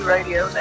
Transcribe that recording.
Radio